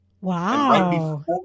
Wow